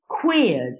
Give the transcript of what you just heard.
queered